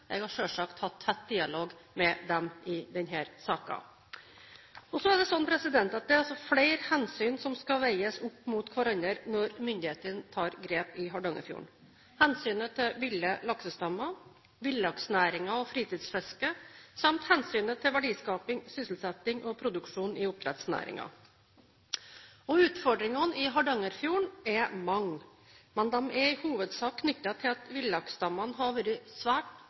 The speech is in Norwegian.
jeg rundhåndet med regjeringspartienes medlemmer i næringskomiteen. Jeg har selvsagt hatt tett dialog med dem i denne saken. Det er flere hensyn som skal veies opp mot hverandre når myndighetene tar grep i Hardangerfjorden – hensynet til ville laksestammer, villaksnæringen og fritidsfisket, samt hensynet til verdiskaping, sysselsetting og produksjon i oppdrettsnæringen. Utfordringene i Hardangerfjorden er mange, men de er i hovedsak knyttet til at villaksstammene har vært svært